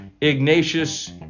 Ignatius